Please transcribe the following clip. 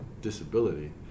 disability